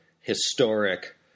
historic